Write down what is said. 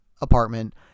apartment